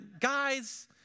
guys